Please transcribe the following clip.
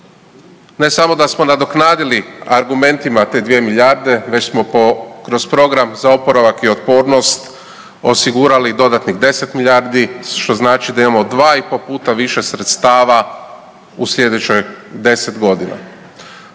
Ne samo da smo nadoknadili argumentima te 2 milijarde već smo kroz Program za oporavak i otpornost osigurali dodatnih 10 milijardi što znači da imamo 2 i po puta više sredstava u slijedećoj 10 godina.